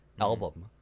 album